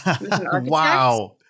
Wow